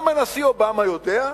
גם הנשיא אובמה יודע,